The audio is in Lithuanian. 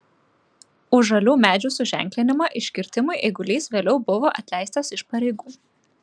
už žalių medžių suženklinimą iškirtimui eigulys vėliau buvo atleistas iš pareigų